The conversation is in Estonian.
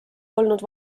olnud